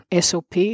SOP